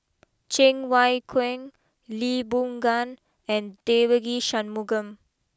Cheng Wai Keung Lee Boon Ngan and Devagi Sanmugam